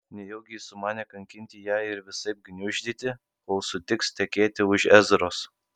nejaugi jis sumanė kankinti ją ir visaip gniuždyti kol sutiks tekėti už ezros